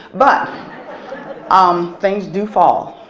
but um things do fall.